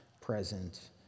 present